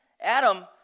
Adam